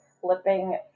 flipping